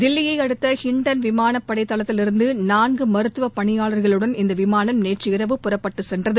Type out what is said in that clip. தில்லியை அடுத்த ஹிண்டன் விமானப் படை தளத்திலிருந்து நான்கு மருத்துவ பணியாள்களுடன் இந்த விமானம் நேற்றிரவு புறப்பட்டுச் சென்றது